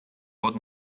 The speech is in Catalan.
pot